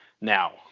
now